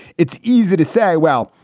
it's easy to say, well,